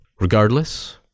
Regardless